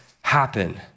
happen